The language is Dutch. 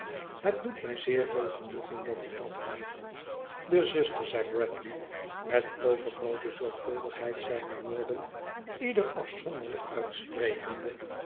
het doet mij veel genoegen dat ik dat hoor de zuster zei bradley met overgroote zorgvuldigheid zijne woorden ieder afzonderlijk uitsprekende